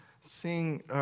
seeing